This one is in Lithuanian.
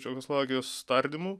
čekoslovakijos tardymų